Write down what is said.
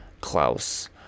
Klaus